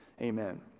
Amen